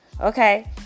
okay